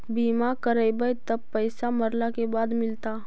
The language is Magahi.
बिमा करैबैय त पैसा मरला के बाद मिलता?